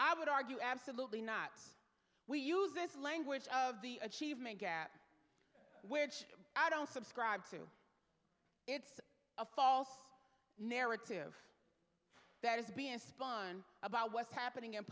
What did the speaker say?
i would argue absolutely not we use this language of the achievement gap which i don't subscribe to it's a false narrative that is being spun about what's happening in